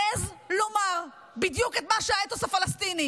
מעז לומר בדיוק את מה שהאתוס הפלסטיני,